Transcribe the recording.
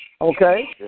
Okay